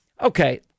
okay